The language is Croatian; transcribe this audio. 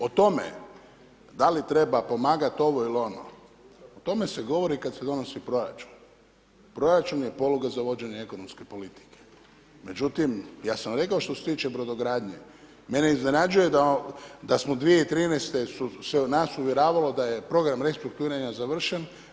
O tome da li treba pomagat ovo ili ono o tome se govori kad se donosi proračun, proračun je poluga za vođenje ekonomske politike, međutim ja sam vam rekao što se tiče brodogradnje mene iznenađuje da smo 2013. se nas uvjeravalo da je program restrukturiranja završen.